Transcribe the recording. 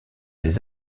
les